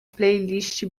playlist